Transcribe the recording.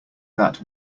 that